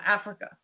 Africa